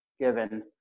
given